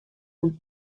oan